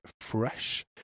fresh